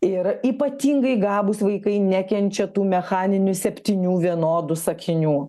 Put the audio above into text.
ir ypatingai gabūs vaikai nekenčia tų mechaninių septynių vienodų sakinių